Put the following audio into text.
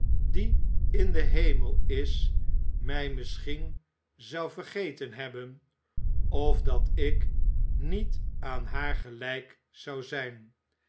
die in den hemel is mij misschien zou vergeten hebben of dat ik niet aan haar gelijk zou zijn